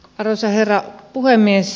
arvoisa herra puhemies